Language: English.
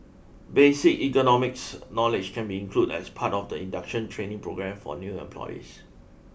basic ergonomics knowledge can be included as part of the induction training programme for new employees